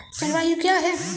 जलवायु क्या है?